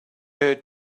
her